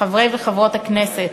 חברי וחברות הכנסת,